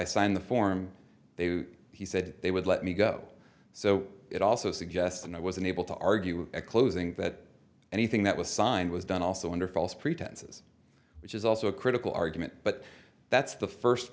i signed the form they he said they would let me go so it also suggested i was unable to argue at closing that anything that was signed was done also under false pretenses which is also a critical argument but that's the first